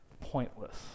pointless